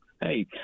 Hey